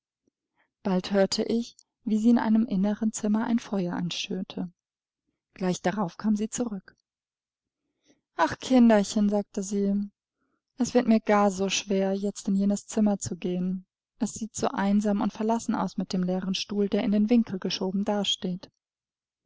bald hörte ich wie sie in einem inneren zimmer ein feuer anschürte gleich darauf kam sie zurück ach kinderchen sagte sie es wird mir gar so schwer jetzt in jenes zimmer zu gehen es sieht so einsam und verlassen aus mit dem leeren stuhl der in den winkel geschoben dasteht